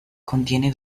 contiene